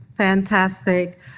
Fantastic